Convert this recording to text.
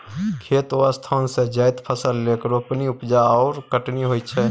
खेत ओ स्थान छै जतय फसल केर रोपणी, उपजा आओर कटनी होइत छै